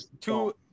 two